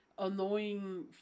Annoying